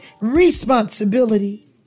responsibility